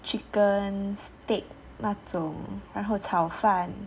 chickens stick 那种然后炒饭